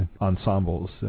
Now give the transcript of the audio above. ensembles